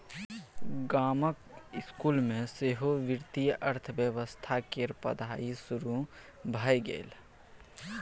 गामक इसकुल मे सेहो वित्तीय अर्थशास्त्र केर पढ़ाई शुरू भए गेल